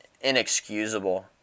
inexcusable